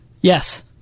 Yes